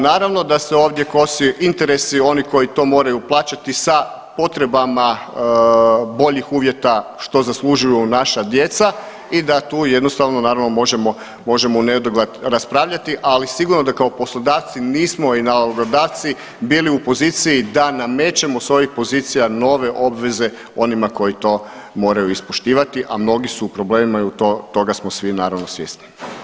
Naravno da se ovdje kose interesi oni koji to moraju plaćati sa potrebama boljih uvjeta što zaslužuju naša djeca i da tu jednostavno naravno možemo u nedogled raspravljati, ali sigurno da kao poslodavci nismo i nalogodavci bili u poziciji da namećemo sa ovih pozicija nove obveze onima koji to moraju ispoštivati, a mnogi su u problemima i toga smo svi naravno svjesni.